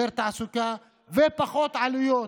יותר תעסוקה ופחות עלויות.